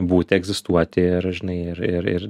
būti egzistuoti ir žinai ir ir ir